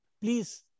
Please